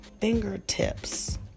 fingertips